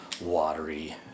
watery